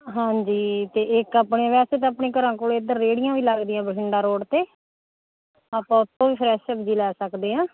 ਹਾਂਜੀ ਅਤੇ ਇੱਕ ਆਪਣੇ ਵੈਸੇ ਤਾਂ ਆਪਣੇ ਘਰਾਂ ਕੋਲ ਇੱਧਰ ਰੇਹੜੀਆਂ ਵੀ ਲੱਗਦੀਆਂ ਬਠਿੰਡਾ ਰੋਡ 'ਤੇ ਆਪਾਂ ਉਹ ਤੋਂ ਵੀ ਫਰੈਸ਼ ਸਬਜ਼ੀ ਲੈ ਸਕਦੇ ਹਾਂ